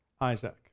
Isaac